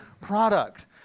product